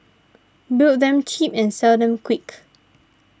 build them cheap and sell them quick